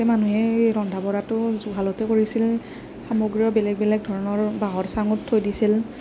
আগতে মানুহে এই ৰন্ধা বঢ়াটো জুহালতে কৰিছিল সামগ্ৰী বেলেগ বেলেগ ধৰণৰ বাঁহৰ চাঙত থৈ দিছিল